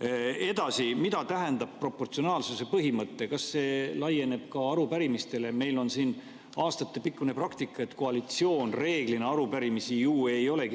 Edasi, mida tähendab proportsionaalsuse põhimõte? Kas see laieneb ka arupärimistele? Meil on siin aastatepikkune praktika, et koalitsioon ei olegi ju arupärimisi